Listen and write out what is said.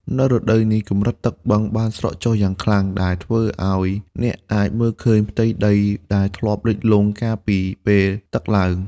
នៅរដូវនេះ កម្រិតទឹកបឹងបានស្រកចុះយ៉ាងខ្លាំង ដែលធ្វើឲ្យអ្នកអាចមើលឃើញផ្ទៃដីដែលធ្លាប់លិចលង់កាលពីពេលទឹកឡើង។